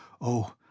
Oh